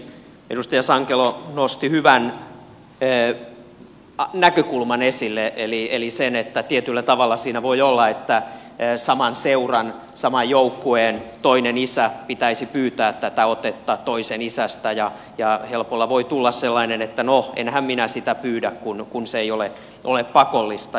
edustaja sankelo nosti hyvän näkökulman esille eli sen että tietyllä tavalla siinä voi olla että saman seuran saman joukkueen toisen isän pitäisi pyytää tätä otetta toisen isästä ja helpolla voi tulla sellainen että no enhän minä sitä pyydä kun se ei ole pakollista